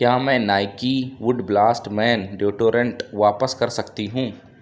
کیا میں Nike wood blast man deodorant واپس کر سکتی ہوں